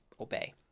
obey